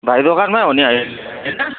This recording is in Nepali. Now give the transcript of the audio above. भाइ दोकानमै हो नि अहिले होइन